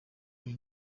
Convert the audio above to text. iyi